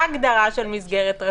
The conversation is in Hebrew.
גם על ההגדרה וגם על ההסדר.